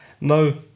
no